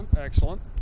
Excellent